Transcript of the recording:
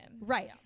Right